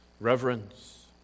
reverence